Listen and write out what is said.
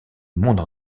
monde